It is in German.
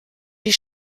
die